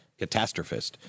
catastrophist